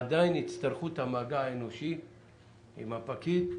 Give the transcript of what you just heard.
עדיין יצטרכו את המגע האנושי עם הפקיד,